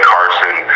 Carson